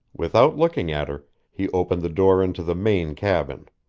without looking at her, he opened the door into the main cabin.